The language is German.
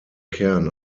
kern